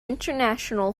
international